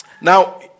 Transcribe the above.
Now